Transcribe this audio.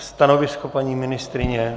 Stanovisko, paní ministryně?